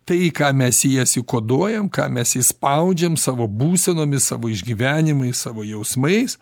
tai ką mes į jas įkoduojam ką mes įspaudžiam savo būsenomis savo išgyvenimais savo jausmais